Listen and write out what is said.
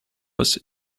was